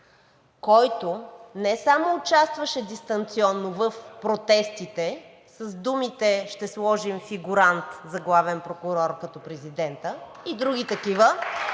който не само участваше дистанционно в протестите с думите: „Ще сложим фигурант за главен прокурор, като президента“, и други такива: